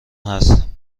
هست